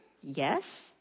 Yes